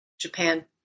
Japan